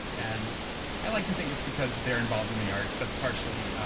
and i like to think it's because they're involved in the arts. that's partially